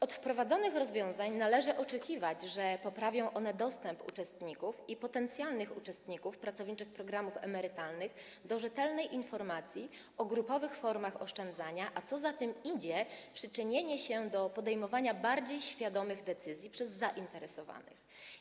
Od wprowadzonych rozwiązań należy oczekiwać, że poprawią one dostęp uczestników i potencjalnych uczestników pracowniczych programów emerytalnych do rzetelnej informacji o grupowych formach oszczędzania, a co za tym idzie - przyczynią się do podejmowania bardziej świadomych decyzji przez zainteresowanych.